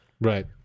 right